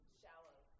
shallow